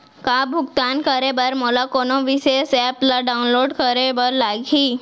का भुगतान करे बर मोला कोनो विशेष एप ला डाऊनलोड करे बर लागही